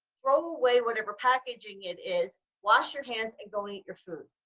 throw away whatever packaging it is, wash your hands and go eat your food.